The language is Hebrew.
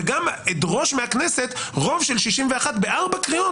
וגם אדרוש מהכנסת רוב של 61 בארבע קריאות